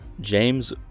James